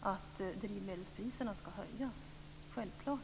att drivmelspriserna ska höjas.